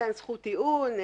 מתן זכות טיעון,